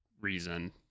reason